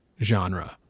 genre